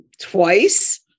twice